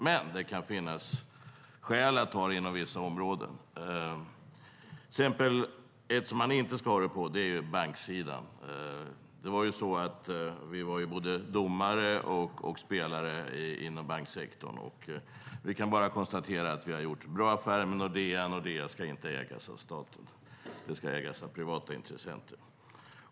Det kan dock finnas skäl att ha dem inom vissa områden. Ett område där man inte ska ha dem är på banksidan. Vi var både domare och spelare inom banksektorn, och vi kan bara konstatera att vi gjorde en bra affär med Nordea. Nordea ska inte ägas av staten utan av privata intressenter.